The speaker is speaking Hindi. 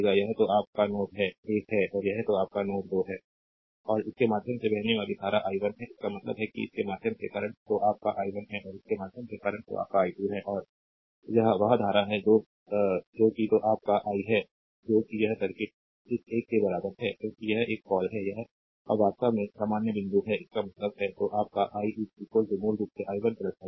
यह तो आप का नोड 1 है और यह तो आप का नोड 2 है और इसके माध्यम से बहने वाली धारा i1 है इसका मतलब है कि इसके माध्यम से करंट तो आप का i1 है और इसके माध्यम से करंट तो आप का i2 है और यह वह धारा है जो कि तो आप का i है जो कि यह सर्किट इस एक के बराबर है क्योंकि यह एक ऑल है या यह वास्तव में सामान्य बिंदु है इसका मतलब है तो आप का i मूल रूप से i1 i2